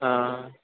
ആ